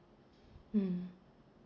mm